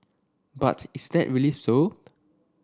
but is that really so